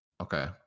Okay